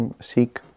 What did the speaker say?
seek